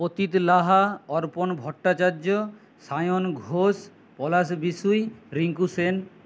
পতিত লাহা অর্পণ ভট্টাচার্য সায়ন ঘোষ পলাস বিসুই রিঙ্কু সেন